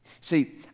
See